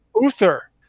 Uther